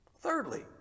Thirdly